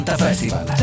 festival